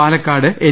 Palakkad N